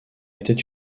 était